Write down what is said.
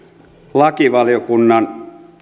lakivaliokunnan